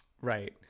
Right